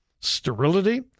sterility